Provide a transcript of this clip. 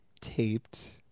taped